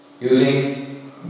using